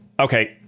Okay